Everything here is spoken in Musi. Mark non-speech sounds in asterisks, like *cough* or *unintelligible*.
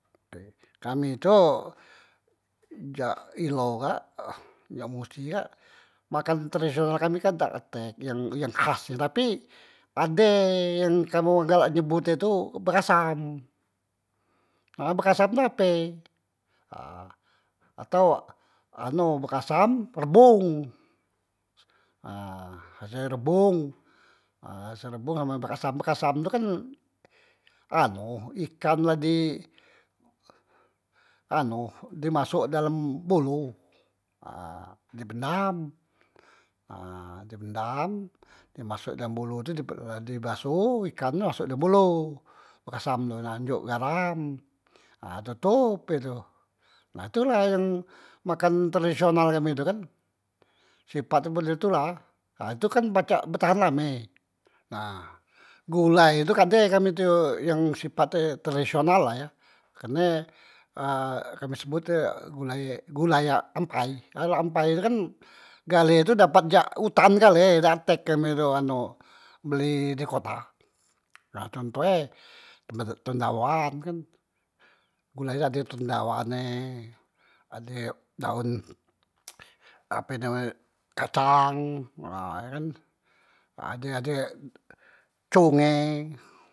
Kami tu jak ilo kak, jak musi kak makan tradisional kami kan dak atek yang yang khas nian tapi ade yang kamu galak nyebut e tu bekasam, nah bekasam tu ape? *hesitation* atau anu bekasam, rebong, ha se rebong ha se rebong bekasam, bekasam tu kan anu ikan la di anu di masok dalam bolo di pendam, *hesitation* di pendam masok dalam bolo tu di basoh ikan nyo masok dalam bolo bekasam tu, ha njok garam ha tutup he tu, ha itu la makan tradisional kami tu kan, sipat nyo model tu la, ha tu kan pacak betahan lame nah gulai tu ade kami tu yang sipat e tradisional la ye karne ah kami ah sebot e gulai, gulai ampai, gulai ampai tu kan gale tu dapat jak utan gale dak tek kami tu anu beli di kota ha contoh e ben tendawan *unintelligible* kam gulai ade tendawan e, ade daon ape name e kacang ha kan, ade ade cong e.